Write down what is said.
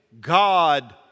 God